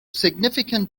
significant